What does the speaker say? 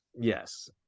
Yes